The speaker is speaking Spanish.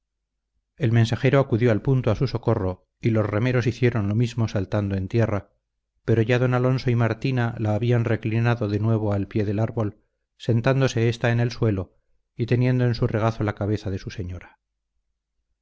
el mensajero acudió al punto a su socorro y los remeros hicieron lo mismo saltando en tierra pero ya don alonso y martina la habían reclinado de nuevo al pie del árbol sentándose ésta en el suelo y teniendo en su regazo la cabeza de su señora